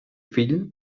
fill